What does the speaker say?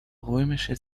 römische